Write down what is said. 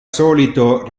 solito